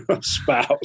spouse